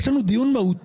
יש לנו פה דיון מהותי.